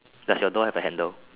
does your door have a handle